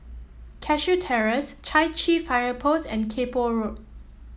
Cashew Terrace Chai Chee Fire Post and Kay Poh Road